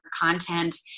content